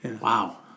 Wow